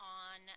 on